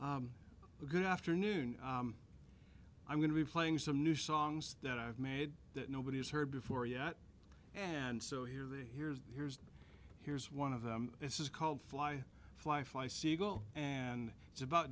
good afternoon i'm going to be playing some new songs that i've made that nobody has heard before yet and so here they here's here's here's one of them this is called fly fly fly siegel and it's about